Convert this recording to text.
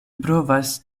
provas